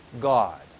God